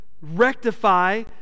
rectify